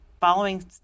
following